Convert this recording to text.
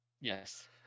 Yes